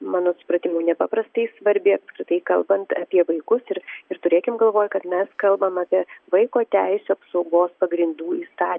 mano supratimu nepaprastai svarbi apskritai kalbant apie vaikus ir ir turėkim galvoj kad mes kalbam apie vaiko teisių apsaugos pagrindų įsta